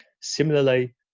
Similarly